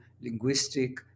linguistic